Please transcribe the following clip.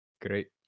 Great